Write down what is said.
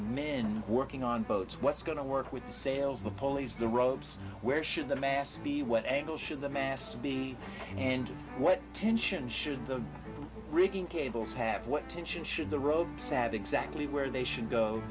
in working on boats what's going to work with the sails the polies the ropes where should the mast be when angle should the mast be and what tension should the rigging cables have what tension should the rope sad exactly where they should go